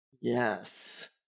Yes